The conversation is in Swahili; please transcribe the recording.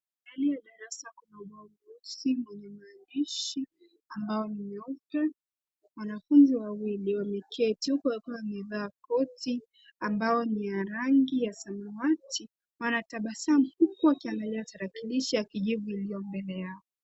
Ndani ya darasa kuna ubao mweusi, kuna maandishi ambao ni meupe. Wanafunzi wawili wameketi huku wakiwa wamevaa koti ambao ni ya rangi ya samawati, wanatabasamu huku wakiangalia tarakilishi ya kijivu iliyo mbele yao.